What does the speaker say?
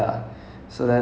and